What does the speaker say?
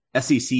SEC